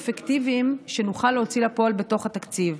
אפקטיביים ושנוכל להוציא אותם לפועל בתוך התקציב.